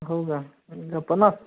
हो का म्हणजे पन्नास